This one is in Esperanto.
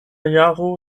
jaro